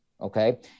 Okay